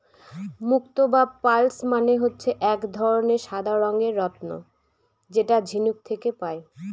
মুক্ত বা পার্লস মানে হচ্ছে এক ধরনের সাদা রঙের রত্ন যেটা ঝিনুক থেকে পায়